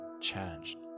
changed